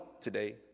today